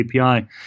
API